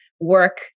work